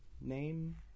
name